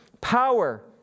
Power